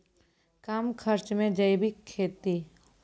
कम खर्च मे जैविक खेती?